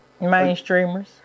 Mainstreamers